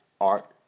art